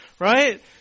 right